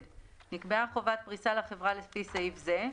(ד)נקבעה חובת פריסה לחברה לפי סעיף זה,